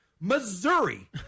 Missouri